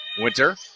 Winter